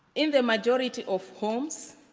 in the majority of homes,